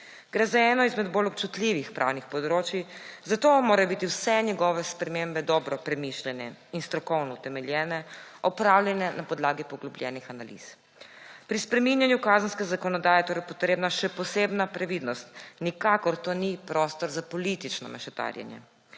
Gre za eno izmed bolj občutljivih pravnih področij, zato morajo biti vse njegove spremembe dobro premišljene in strokovno utemeljene, opravljene na podlagi poglobljenih analiz. Pri spreminjanju kazenske zakonodaje je torej potrebna še posebna previdnost, nikakor to ni prostor za politično mešetarjenje.